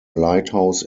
lighthouse